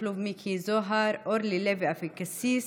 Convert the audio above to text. מכלוף מיקי זוהר, אורלי לוי אבקסיס,